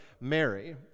Mary